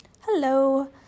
Hello